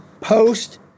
post